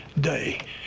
day